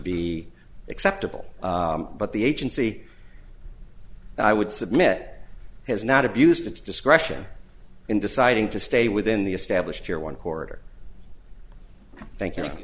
be acceptable but the agency i would submit has not abused its discretion in deciding to stay within the established year one quarter thank